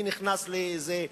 מי נכנס לזה,